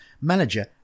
Manager